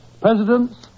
Presidents